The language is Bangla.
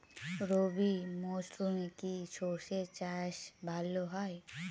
রবি মরশুমে কি সর্ষে চাষ ভালো হয়?